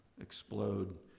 explode